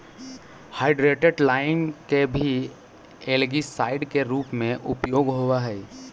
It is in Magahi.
हाइड्रेटेड लाइम के भी एल्गीसाइड के रूप में उपयोग होव हई